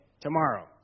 tomorrow